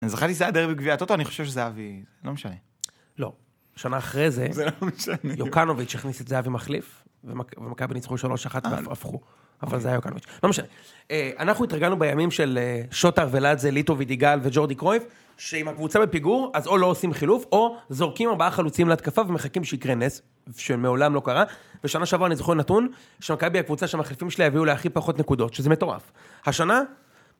אני זכרתי שזה היה דרך בגביעת אותו, אני חושב שזהבי, לא משנה. לא, שנה אחרי זה, יוקנוביץ' הכניס את זהבי מחליף, ומכבי ניצחו שלושה אחת והפכו, אבל זה היה יוקנוביץ'. לא משנה, אנחנו התרגלנו בימים של שוטר ולאדזה, ליטו ודיגל וג'ורדי קרויב, שאם הקבוצה בפיגור, אז או לא עושים חילוף, או זורקים ארבעה חלוצים להתקפה ומחכים שיקרה נס, שמעולם לא קרה, ושנה שעברה אני זוכר נתון, שמכבי הקבוצה שהמחליפים שלה הביאו לה הכי פחות נקודות, שזה מטורף. השנה?